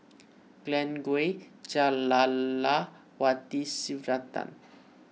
Glen Goei Jah Lelawati Sylvia Tan